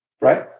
right